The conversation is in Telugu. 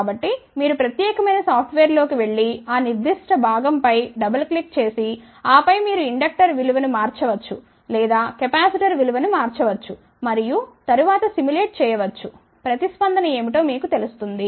కాబట్టి మీరు ప్రత్యేకమైన సాఫ్ట్వేర్లోకి వెళ్లి ఆ నిర్దిష్ట భాగం పై డబుల్ క్లిక్ చేసి ఆపై మీరు ఇండక్టర్ విలువ ను మార్చవచ్చు లేదా కెపాసిటర్ విలువ ను మార్చవచ్చు మరియు తరువాత సిములేట్ చేయవచ్చు ప్రతిస్పందన ఏమిటో మీకు తెలుస్తుంది